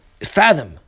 fathom